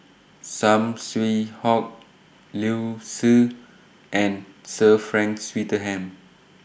Saw Swee Hock Liu Si and Sir Frank Swettenham